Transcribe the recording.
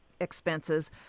expenses